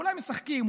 ואולי משחקים,